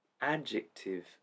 Adjective